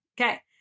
Okay